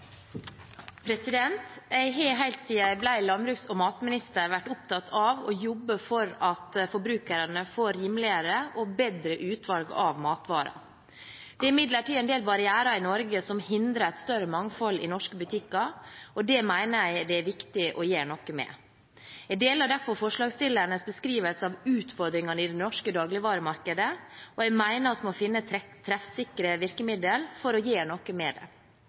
Jeg har helt siden jeg ble landbruks- og matminister vært opptatt av å jobbe for at forbrukerne får rimeligere og bedre utvalg av matvarer. Det er imidlertid en del barrierer i Norge som hindrer et større mangfold i norske butikker, og det mener jeg det er viktig å gjøre noe med. Jeg deler derfor forslagsstillernes beskrivelse av utfordringene i det norske dagligvaremarkedet, og jeg mener vi må finne treffsikre virkemidler for å gjøre noe med